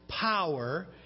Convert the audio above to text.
power